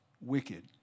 wicked